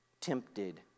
tempted